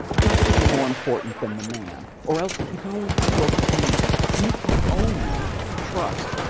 has to be more important than the man, or else you can only have local communities. you can only trust,